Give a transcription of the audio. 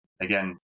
again